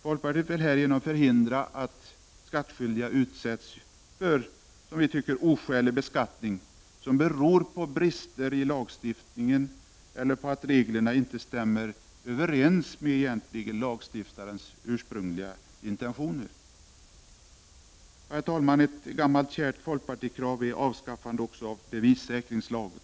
Folkpartiet vill härigenom förhindra att skattskyldiga utsätts för, som vi tycker, oskälig beskattning som beror på brister i lagstiftningen eller på att reglerna inte stämmer överens med lagstiftarens ursprungliga intentioner. Herr talman! Ett gammalt kärt folkpartikrav är avskaffandet av bevissäkringslagen.